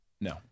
No